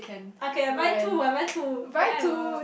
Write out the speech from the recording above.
okay I buy two I buy two then I will